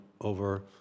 over